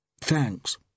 Thanks